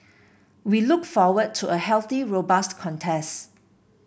we look forward to a healthy robust contest